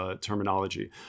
terminology